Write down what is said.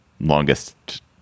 longest